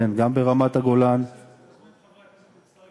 כבר בתקופה הקצרה שאני נמצא במשרד נתתי שורה של הנחיות